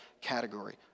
category